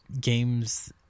games